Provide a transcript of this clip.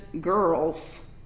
girls